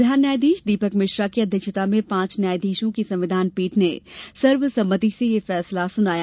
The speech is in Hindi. प्रधान न्यायाधीश दीपक मिश्रा की अध्यक्षता में पांच न्यायाधीशों की संविधान पीठ ने सर्वसम्मति से यह फैसला सुनाया